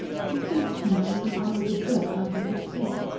he speaks to me as if i were the dirt under his feet.